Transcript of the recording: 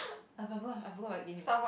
I forgot I forgot what I gave him